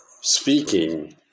speaking